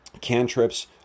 Cantrips